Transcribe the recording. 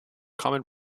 common